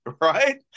right